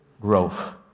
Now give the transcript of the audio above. growth